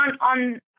on